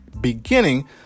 beginning